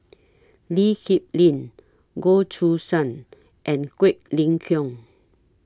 Lee Kip Lin Goh Choo San and Quek Ling Kiong